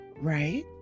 right